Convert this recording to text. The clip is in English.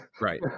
right